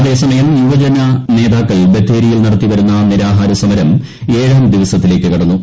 അതേസമയം യുവജന നേതാക്കൾ ബത്തേരിയിൽ നടത്തിവരുന്ന നിരാഹാര സമരം ഏഴ് ദിവസത്തിലേക്ക് കടന്നു